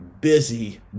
busy